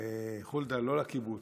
לא לקיבוץ,